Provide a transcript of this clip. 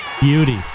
Beauty